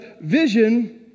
Vision